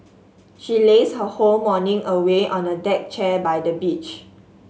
she lazed her whole morning away on a deck chair by the beach